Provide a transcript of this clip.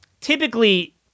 typically